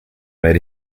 made